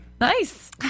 Nice